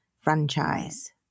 franchise